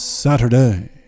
Saturday